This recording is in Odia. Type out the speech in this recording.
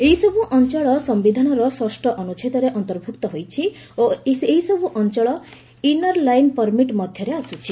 ଏହିସବୁ ଅଞ୍ଚଳ ସମ୍ଭିଧାନର ଷଷ୍ଠ ଅନୁଚ୍ଛେଦରେ ଅନ୍ତର୍ଭୁକ୍ତ ହୋଇଛି ଓ ସେହିସବୁ ଅଞ୍ଚଳ ଇନର ଲାଇନ୍ ପର୍ମିଟ୍ ମଧ୍ୟରେ ଆସୁଛି